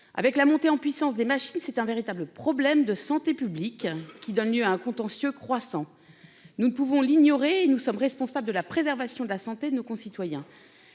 La montée en puissance des machines donne lieu à un véritable problème de santé publique et suscite un contentieux croissant que nous ne pouvons ignorer, car nous sommes responsables de la préservation de la santé de nos concitoyens.